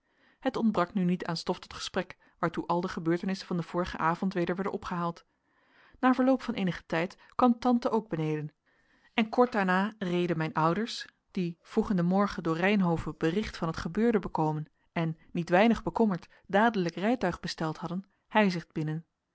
het ontbrak nu niet aan stof tot gesprek waartoe al de gebeurtenissen van den vorigen avond weder werden opgehaald na verloop van eenigen tijd kwam tante ook beneden en kort daarna reden mijn ouders die vroeg in den morgen door reynhove bericht van het gebeurde bekomen en niet weinig bekommerd dadelijk rijtuig besteld hadden heizicht binnen